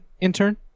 Intern